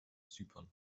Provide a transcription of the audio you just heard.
zypern